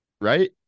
right